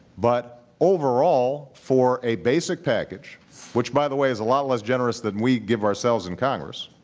but overall for a basic package which, by the way, is a lot less generous than we give ourselves in congress.